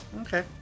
Okay